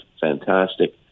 fantastic